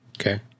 Okay